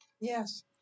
yes